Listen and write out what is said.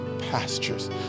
pastures